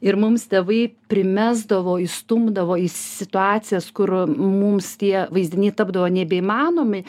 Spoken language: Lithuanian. ir mums tėvai primesdavo įstumdavo į situacijas kur mums tie vaizdiniai tapdavo nebeįmanomi